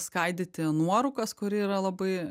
skaidyti nuorūkas kuri yra labai